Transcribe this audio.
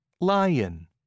lion